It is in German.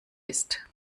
ist